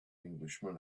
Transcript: englishman